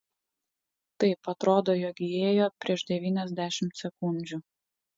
taip atrodo jog įėjo prieš devyniasdešimt sekundžių